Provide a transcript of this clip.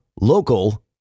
local